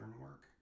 work